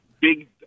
big